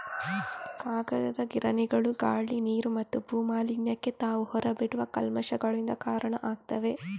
ಕಾಗದದ ಗಿರಣಿಗಳು ಗಾಳಿ, ನೀರು ಮತ್ತು ಭೂ ಮಾಲಿನ್ಯಕ್ಕೆ ತಾವು ಹೊರ ಬಿಡುವ ಕಲ್ಮಶಗಳಿಂದ ಕಾರಣ ಆಗ್ತವೆ